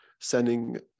sending